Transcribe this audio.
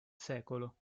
secolo